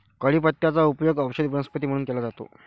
कढीपत्त्याचा उपयोग औषधी वनस्पती म्हणून केला जातो